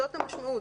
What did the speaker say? זאת המשמעות.